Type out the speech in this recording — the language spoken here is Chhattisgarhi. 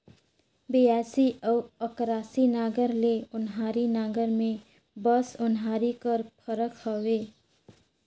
बियासी अउ अकरासी नांगर ले ओन्हारी नागर मे बस ओन्हारी कर फरक हवे